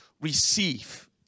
receive